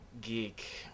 geek